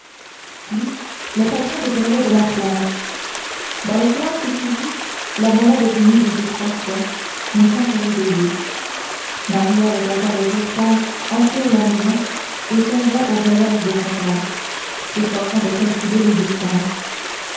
puis le tintement des grelots de l'attelage dans le silence qui suivit la malade gémit deux ou trois fois mais sans se réveiller maria regarda le jour pâle emplir la maison et songea au voyage de son père s'efforçant de calculer les distances